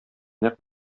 нәкъ